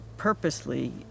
purposely